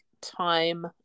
time